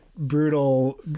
Brutal